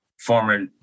former